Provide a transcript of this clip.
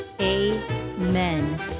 Amen